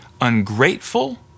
ungrateful